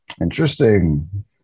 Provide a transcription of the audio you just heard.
Interesting